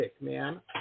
man